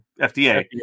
FDA